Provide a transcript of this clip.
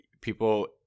people